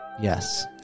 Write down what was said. Yes